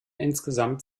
insgesamt